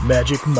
Magic